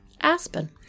Aspen